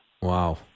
wow